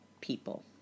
people